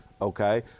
okay